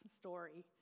story